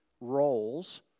roles